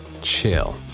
Chill